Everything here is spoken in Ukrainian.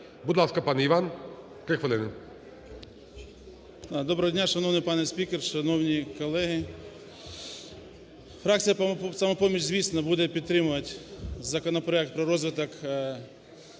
Доброго дня, шановний пане спікер, шановні колеги! Фракція "Самопоміч", звісно, буде підтримувати законопроект про розвиток